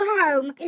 home